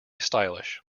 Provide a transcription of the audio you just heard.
stylish